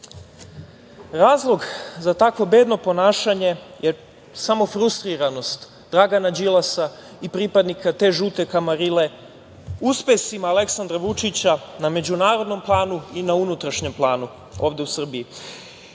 Razlog za takvo bedno ponašanje je samo frustriranost Dragana Đilasa i pripadnika te žute kamarile uspesima Aleksandra Vučića na međunarodnom planu i na unutrašnjem planu ovde u Srbiji.